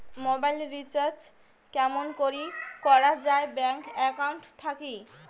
Mobile recharge কেমন করি করা যায় ব্যাংক একাউন্ট থাকি?